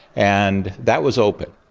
and that was open.